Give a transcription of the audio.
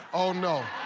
oh, no.